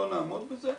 לא נעמוד בזה.